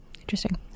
Interesting